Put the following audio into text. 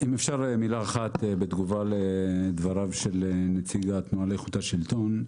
אם אפשר מילה אחת בתגובה לדבריו של נציג התנועה לאיכות השלטון.